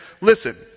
listen